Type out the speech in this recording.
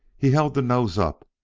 he held the nose up,